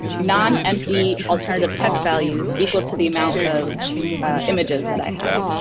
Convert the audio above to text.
non-empty alternative text values equal to the amount of images that i have.